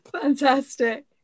Fantastic